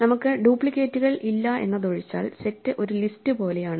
നിങ്ങൾക്ക് ഡ്യൂപ്ലിക്കേറ്റുകൾ ഇല്ല എന്നതൊഴിച്ചാൽ സെറ്റ് ഒരു ലിസ്റ്റ് പോലെയാണ്